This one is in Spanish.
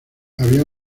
había